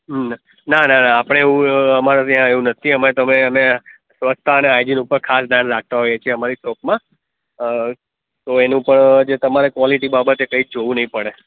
હમ ના ના ના આપણે એવું અઅઅ અમાંરે ત્યાં એવું નથી અમે તો હવે અમે સ્વચ્છતા અને હાઇજિન ઉપર ખાસ ધ્યાન રાખતા હોઈએ છીએ અમારી શોપમાં અઅ તો એનું પણ જે તમારે ક્વોલિટી બાબતે કઈ જ જોવું નહીં પડે